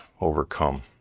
overcome